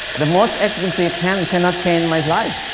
the most expensive pants cannot change my life.